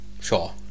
Sure